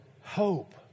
hope